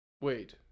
Wait